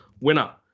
winner